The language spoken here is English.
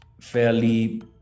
fairly